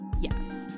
Yes